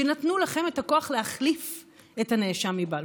שנתנו לכם את הכוח להחליף את הנאשם מבלפור.